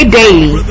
daily